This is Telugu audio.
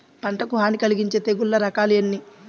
పంటకు హాని కలిగించే తెగుళ్ల రకాలు ఎన్ని?